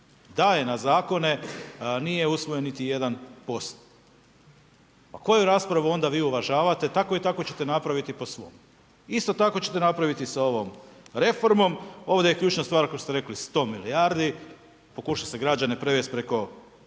daje na zakone, nije usvojen niti jedan …/Govornik se ne razumije./… A koju raspravu onda vi uvažavate, tako i tako ćete napraviti po svom. Isto tako ćete napraviti i sa ovom reformom, ovdje je ključna stvar, kao što ste rekli 100 milijardi, pokušava se građane prevesti preko,